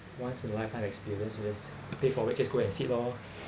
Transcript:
once in a lifetime experience was pay forward just go and sit lor